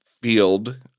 field